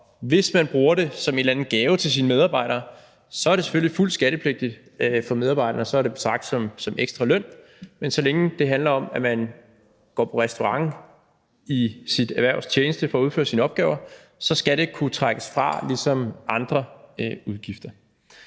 hvis man bruger det som en eller anden gave til sine medarbejdere, så er det selvfølgelig fuldt skattepligtigt for medarbejderne; så er det at betragte som ekstra løn. Men så længe det handler om at gå på restaurant i sit erhvervs tjeneste for at udføre sine opgaver, skal det kunne trækkes fra ligesom andre udgifter.